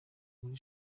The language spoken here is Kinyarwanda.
muri